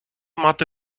мати